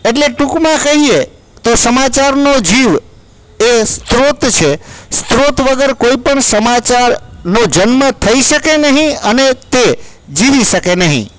એટલે ટૂંકમાં કહીએ સમાચારનો જીવ એ સ્ત્રોત છે અને સ્ત્રોત વગર કોઇ પણ સમાચારનો જન્મ થઈ શકે નહીં અને તે જીવી શકે નહીં